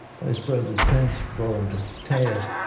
vice-president pence brought them to task.